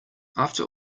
after